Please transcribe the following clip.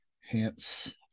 hence